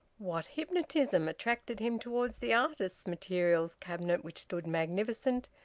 what hypnotism attracted him towards the artists' materials cabinet which stood magnificent,